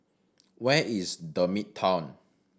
where is The Midtown